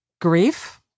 grief